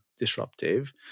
disruptive